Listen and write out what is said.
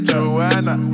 Joanna